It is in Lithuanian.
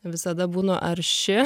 visada būnu arši